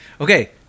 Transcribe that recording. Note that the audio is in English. Okay